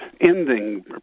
ending